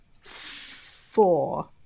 four